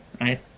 right